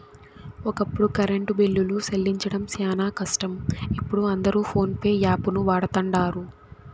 ఒకప్పుడు కరెంటు బిల్లులు సెల్లించడం శానా కష్టం, ఇపుడు అందరు పోన్పే యాపును వాడతండారు